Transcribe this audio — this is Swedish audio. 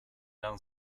den